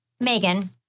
Megan